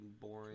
boring